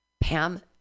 pam